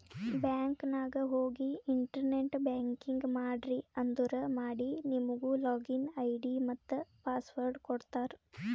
bank ನಾಗ್ ಹೋಗಿ internet banking ಮಾಡ್ರಿ ಅಂದುರ್ ಮಾಡಿ ನಿಮುಗ್ ಲಾಗಿನ್ ಐ.ಡಿ ಮತ್ತ ಪಾಸ್ವರ್ಡ್ ಕೊಡ್ತಾರ್